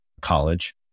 college